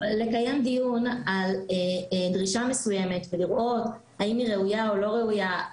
לקיים דיון על דרישה מסוימת ולראות האם היא ראויה או לא ראויה,